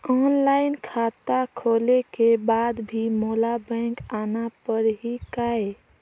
Online खाता खोले के बाद भी मोला बैंक आना पड़ही काय?